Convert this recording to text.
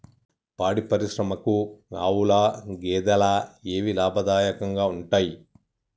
పాడి పరిశ్రమకు ఆవుల, గేదెల ఏవి లాభదాయకంగా ఉంటయ్?